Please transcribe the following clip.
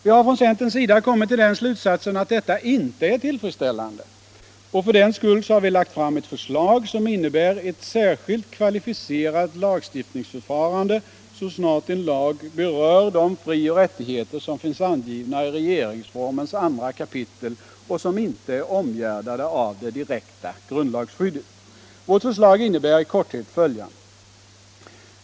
Vi har från centerns sida kommit till den slutsatsen att detta inte är tillfredsställande och för den skull lagt fram ett förslag som innebär ett särskilt kvalificerat lagstiftningsförfarande så snart en lag berör de frioch rättigheter som finns angivna i regeringsformens 2 kap. och som inte är omgärdade av det direkta grundlagsskyddet. Vårt förslag innebär i korthet följande.